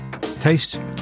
Taste